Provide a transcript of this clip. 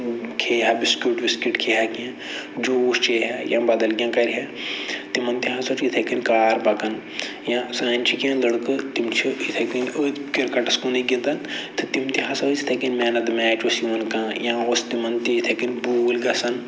کھیٚیہِ ہہ بِسکوٗٹ وِسکیٖٹ کھیٚیہِ ہہ کیٚنہہ جوٗس چیٚیہِ ہہ یا بَدل کیٚنہہ کرِ ہہ تِمَن تہِ ہسا چھُ یِتھَے کٔنۍ کار پَکان یا سٲنۍ چھِ کیٚنہہ لٔڑکہٕ تِم چھِ یِتھَے کٔنۍ أتھۍ کِرکَٹَس کُنُے گِندان تہٕ تِم تہِ ہسا ٲسۍ یِتھَے کٔنۍ مین آف دَ میچ اوس یِوان کانٛہہ یا اوس تِمن تہِ یِتھٕے کٔنۍ بوٗلۍ گژھان